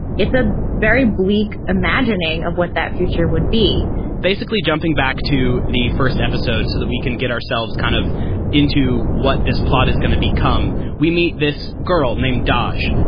it's a very bleak imagining of what that future would be basically jumping back to the first episode so that we can get ourselves kind of into what this plot is going to become. we meet this girl named dodge.